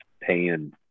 paying